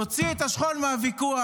תוציא את השכול מהוויכוח,